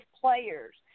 players